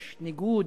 יש ניגוד,